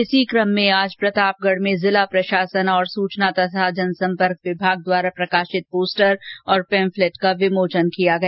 इसी क्रम में आज प्रतापगढ में जिला प्रशासन और सुचना जनसम्पर्क विभाग द्वारा प्रकाशित पोस्टर और पेम्फ्लेट का विमोचन किया गया